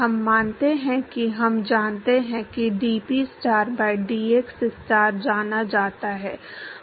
हम मानते हैं कि हम जानते हैं कि dPstar by dxstar जाना जाता है